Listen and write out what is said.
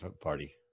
party